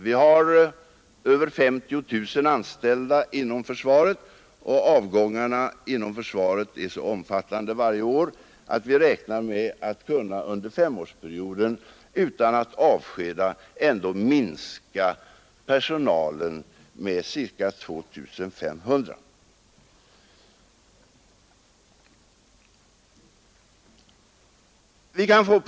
Vi har inom försvaret över 50 000 anställda, och avgångarna är så omfattande varje år att vi räknar med att under femårsperioden kunna minska personalen med ca 2 500 utan att avskeda någon. Jag erkänner dock att det kan vara vissa problem under den närmaste tiden.